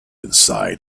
inside